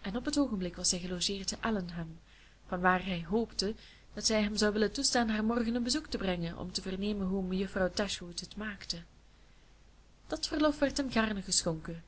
en op het oogenblik was hij gelogeerd te allenham vanwaar hij hoopte dat zij hem zou willen toestaan haar morgen een bezoek te brengen om te vernemen hoe mejuffrouw dashwood het maakte dat verlof werd hem gaarne geschonken